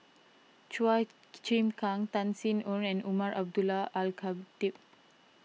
Chua Chim Kang Tan Sin Aun and Umar Abdullah Al Khatib